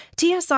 TSI